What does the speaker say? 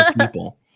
people